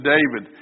David